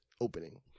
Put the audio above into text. opening